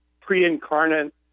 pre-incarnate